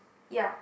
ya